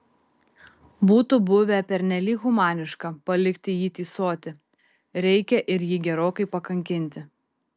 būtų buvę pernelyg humaniška palikti jį tįsoti reikia ir jį gerokai pakankinti